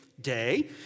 day